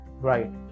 Right